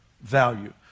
value